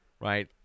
right